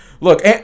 look